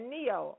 Neo